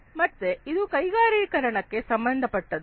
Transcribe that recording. ಮತ್ತೆ ಇದು ಕೈಗಾರೀಕರಣಕ್ಕೆ ಸಂಬಂಧಪಟ್ಟದ್ದು